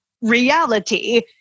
reality